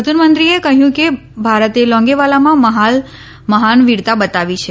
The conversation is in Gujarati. પ્રધાનમંત્રીએ કહ્યું કે ભારતે લોગેવાલામાં મહાલ વીરતા બતાવી છે